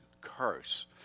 curse